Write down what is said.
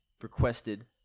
requested